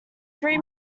three